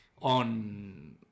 on